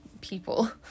people